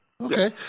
Okay